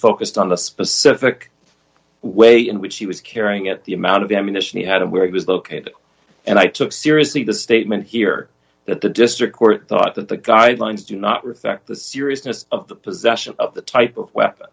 focused on the specific way in which she was carrying at the amount of ammunition he had and where it was located and i took seriously the statement here that the district court thought that the guidelines do not reflect the seriousness of the possession of the type of weapon